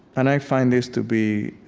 and i find this to be